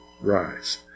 Rise